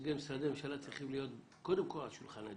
נציגי משרדי הממשלה צריכים להיות בשולחן הדיונים.